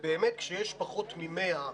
ובאמת כשיש פחות מ-100,